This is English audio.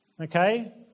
okay